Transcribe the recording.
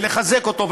ולחזק אותו,